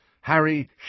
Harry